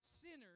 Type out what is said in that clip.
sinners